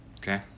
Okay